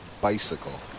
bicycle